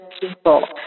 people